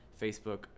Facebook